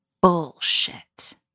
bullshit